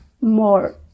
more